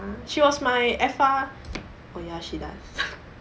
she was my F_R oh ya she does